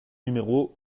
numéro